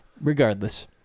regardless